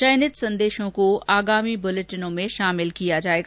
चयनित संदेशों को आगामी ब्लेटिनों में शामिल किया जाएगा